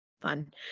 Fun